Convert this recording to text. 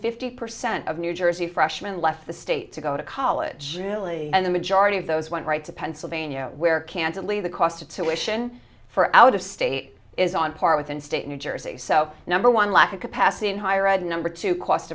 fifty percent of new jersey freshman left the state to go to college and the majority of those went right to pennsylvania where canceled leave the cost of tuition for out of state is on par with in state new jersey so number one lack of capacity in higher ed number two cost